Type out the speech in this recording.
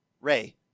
Ray